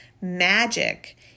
magic